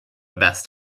vest